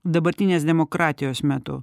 dabartinės demokratijos metu